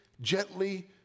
gently